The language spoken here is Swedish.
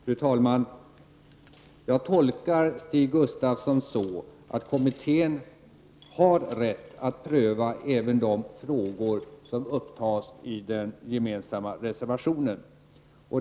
Fru talman! Jag tolkar Stig Gustafsson så, att kommittén har rätt att pröva även de frågor som upptas i den gemensamma reservationen.